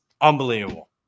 unbelievable